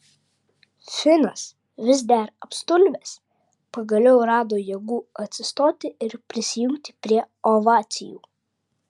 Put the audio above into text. finas vis dar apstulbęs pagaliau rado jėgų atsistoti ir prisijungti prie ovacijų